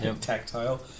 Tactile